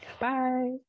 Bye